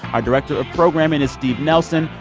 our director of programming is steve nelson.